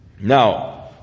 Now